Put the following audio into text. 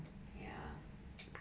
ya